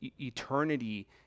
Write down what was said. eternity